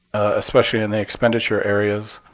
especially in the expenditure areas,